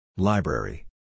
Library